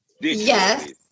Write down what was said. Yes